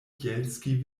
bjelski